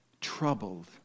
troubled